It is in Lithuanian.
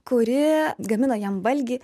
kuri gamino jam valgį